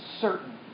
certain